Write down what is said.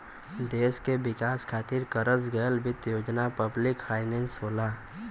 देश क विकास खातिर करस गयल वित्त योजना पब्लिक फाइनेंस होला